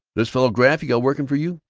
this fellow graff you got working for you,